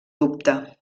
dubte